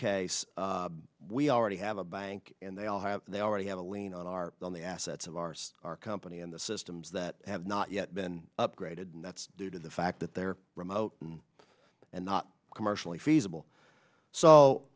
case we already have a bank and they all have they already have a lien on our on the assets of ours our company and the systems that have not yet been upgraded and that's due to the fact that they're remote and not commercially feasible so